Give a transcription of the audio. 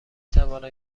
توانم